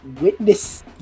witness